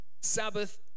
Sabbath